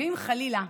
אם, חלילה,